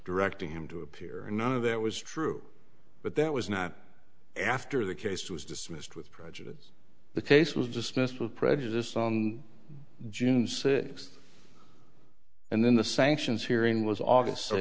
directing him to appear and none of that was true but that was not after the case was dismissed with prejudice the case was dismissed with prejudice on june sixth and then the sanctions hearing was august s